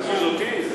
מרגיז אותי?